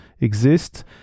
exist